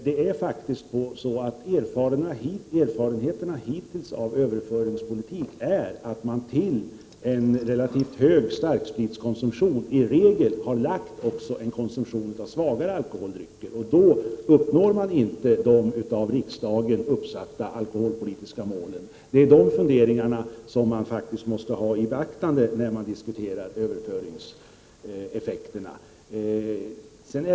De erfarenheter som vi hittills har haft av överföringspolitik är att man till en relativt hög starkspritskonsumtion i regel också har lagt en konsumtion av svagare alkoholdrycker. Man uppnår då inte de av riksdagen fastställda alkoholpolitiska målen. De funderingarna måste man ta i beaktande när man diskuterar överföringseffekter.